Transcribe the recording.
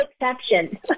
exception